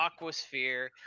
aquasphere